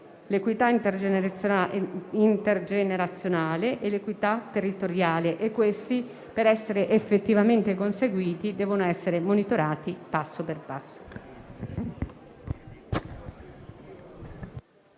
l'equità intergenerazionale e l'equità territoriale. Per essere effettivamente conseguiti, tali obiettivi devono essere monitorati passo per passo.